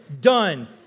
done